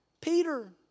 Peter